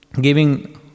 giving